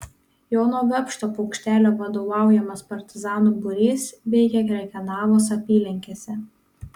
jono vepšto paukštelio vadovaujamas partizanų būrys veikė krekenavos apylinkėse